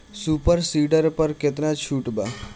Super seeder पर केतना छूट बा?